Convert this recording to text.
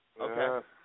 Okay